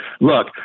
Look